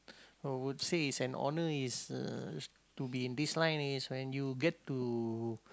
I would say it's an honour is uh to be in this line is when you get to